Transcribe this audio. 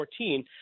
2014 –